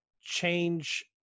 change